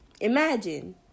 Imagine